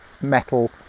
metal